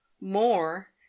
More